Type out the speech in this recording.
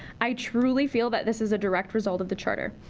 i truly feel that this is a direct result of the charter.